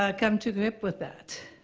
ah come to grip with that,